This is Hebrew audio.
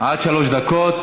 עד שלוש דקות.